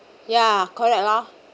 ya correct loh